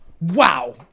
Wow